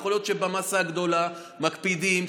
יכול להיות שבמאסה הגדולה מקפידים,